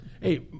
Hey